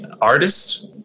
artist